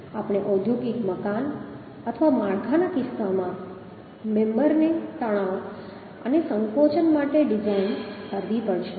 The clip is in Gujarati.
તેથી આપણે ઔદ્યોગિક મકાન અથવા માળખાના કિસ્સામાં મેમ્બરને તણાવ અને સંકોચન બંને માટે ડિઝાઇન કરવી પડશે